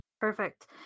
Perfect